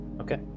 Okay